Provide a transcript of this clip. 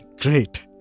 Great